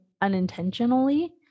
unintentionally